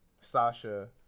Sasha